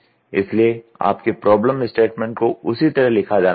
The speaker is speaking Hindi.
इसलिए आपके प्रॉब्लम स्टेटमेंट को उसी तरह लिखा जाना चाहिए